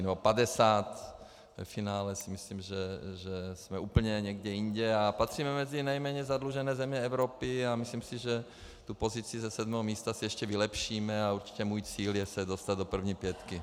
No 50, ve finále si myslím, že jsme úplně někde jinde a patříme mezi nejméně zadlužené země Evropy a myslím si, že tu pozici ze sedmého místa si ještě vylepšíme, a určitě můj cíl je dostat se do první pětky.